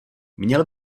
měl